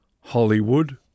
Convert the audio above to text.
Hollywood